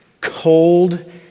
cold